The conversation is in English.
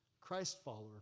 Christ-follower